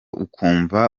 ukumva